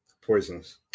poisonous